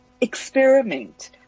experiment